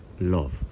love